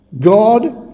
God